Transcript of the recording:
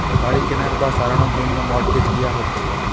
বাড়ি কেনার বা সারানোর জন্যে মর্টগেজ লিয়া হচ্ছে